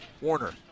Warner